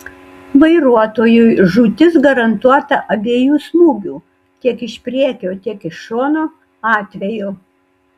vairuotojui žūtis garantuota abiejų smūgių tiek iš priekio tiek iš šono atveju